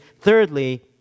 thirdly